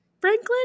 Franklin